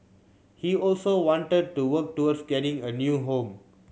he also wanted to work towards getting a new home